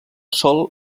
sol